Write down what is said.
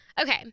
Okay